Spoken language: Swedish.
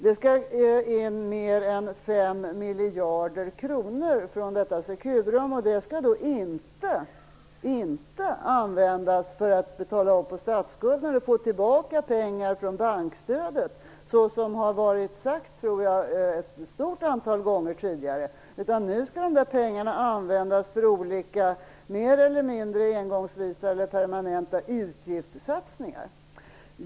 Det skall in mer än 5 miljarder kronor från detta Securum och de skall inte användas för att betala av på statsskulden eller för att få tillbaka pengar från bankstödet, som jag tror det har sagts ett stort antal gånger tidigare, utan nu skall de pengarna användas för olika mer eller mindre engångsvisa eller permanenta utgiftssatsningar.